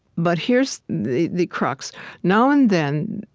but here's the the crux now and then,